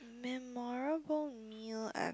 memorable meal I've